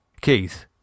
Keith